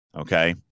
okay